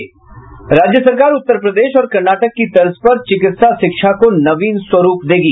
राज्य सरकार उत्तर प्रदेश और कर्नाटक की तर्ज पर चिकित्सा शिक्षा को नवीन स्वरूप देगी